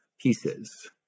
pieces